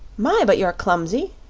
my, but you're clumsy!